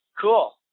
Cool